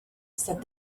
said